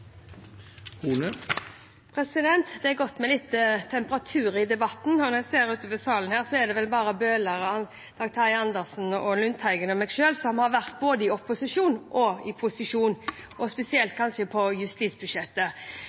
helsehjelp. Det er godt med litt temperatur i debatten. Når jeg ser ut over salen her, er det vel bare representantene Jan Bøhler, Dag Terje Andersen, Per Olaf Lundteigen og meg selv som har vært både i opposisjon og i posisjon, kanskje spesielt når det gjelder justisbudsjettet.